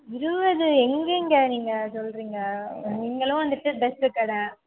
இருபது எங்கேங்க நீங்கள் சொல்லுறிங்க நீங்களும் வந்துவிட்டு ட்ரஸு கடை